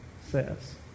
says